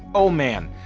oh man.